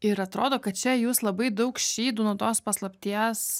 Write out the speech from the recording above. ir atrodo kad čia jūs labai daug šydų nuo tos paslapties